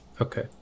okay